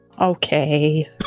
Okay